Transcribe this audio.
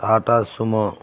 Tata sumo